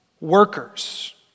workers